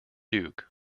duke